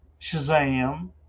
Shazam